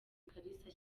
kalisa